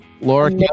Laura